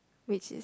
which is